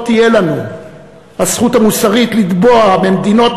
לא תהיה לנו הזכות המוסרית לתבוע ממדינות